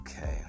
Okay